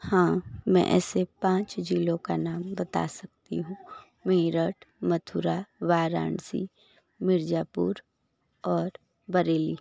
हाँ मैं ऐसे पांच ज़िलों का नाम बता सकती हूँ मेरठ मथुरा वाराणसी मिर्ज़ापुर और बरेली